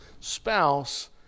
spouse